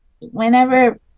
whenever